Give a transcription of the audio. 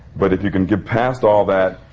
but if you can get past all that,